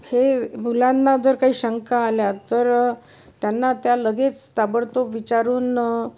हे मुलांना जर काही शंका आल्या तर त्यांना त्या लगेच ताबडतोब विचारून